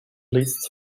leads